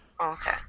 Okay